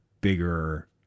bigger